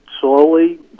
slowly